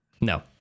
No